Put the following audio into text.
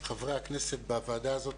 חברי הכנסת בוועדה הזאת,